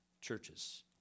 churches